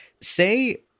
say